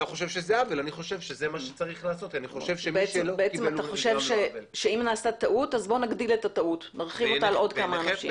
אתה חושב שאם נעשתה טעות - נרחיב אותה על עוד כמה אנשים.